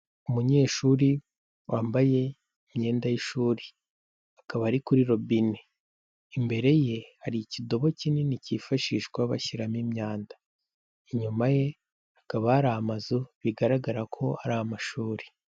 umunyeshuri wambaye imyenda y'ishuri. Akaba ari kuri robine. Imbere ye, hari ikidobo kinini kifashishwa bashyiramo imyanda. Inyuma ye hakaba hari amazu bigaragara ko ari amashuri.